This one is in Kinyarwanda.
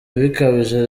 bikabije